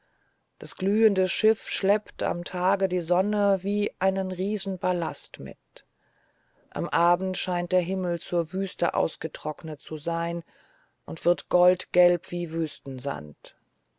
das glühende schiff schleppt am tage die sonne wie einen riesenballast mit am abend scheint der himmel zur wüste ausgetrocknet zu sein und wird goldgelb wie wüstensand